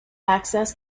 access